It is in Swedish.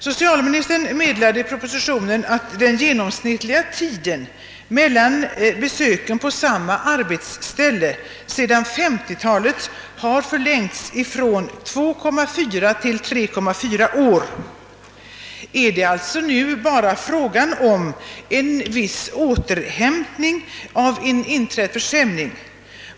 Socialministern meddelar i propositionen att den genomsnittliga tiden mellan besöken på samma arbetsställe sedan 1950-talet har förlängts från 2,4 till 3,4 år. Är det alltså nu bara fråga om en viss återhämtning av en inträdd försämring?